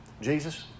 Jesus